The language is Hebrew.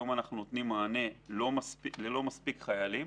היום אנחנו לא נותנים מענה למספיק חיילים.